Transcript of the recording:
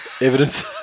evidence